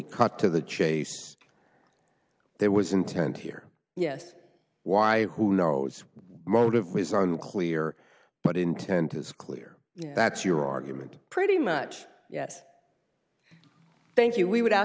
cut to the chase there was intent here yes why who knows motive or is are unclear but intent is clear that's your argument pretty much yes thank you we would ask